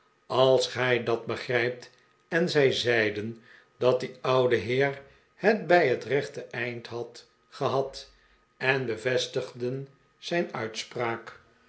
als gij dat begrijpt en zij zeiden dat die oude heer het bij het rechte einde had gehad en bevestigden zijn uitspraak